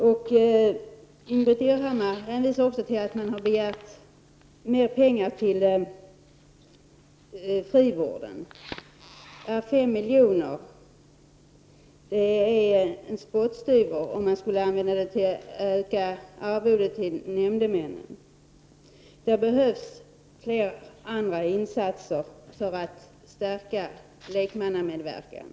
Ingbritt Irhammar hänvisade vidare till att man har begärt mer pengar till frivården. Men 5 milj.kr. är en spottstyver om de skall användas till ökade arvoden till nämndemännen. Det behövs fler och andra insatser för att stärka lekmannamedverkan.